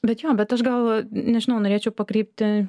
bet jo bet aš gal nežinau norėčiau pakrypti